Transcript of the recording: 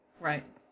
Right